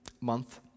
month